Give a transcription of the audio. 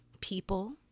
people